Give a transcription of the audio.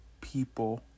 people